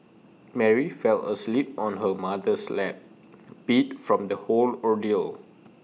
Mary fell asleep on her mother's lap beat from the whole ordeal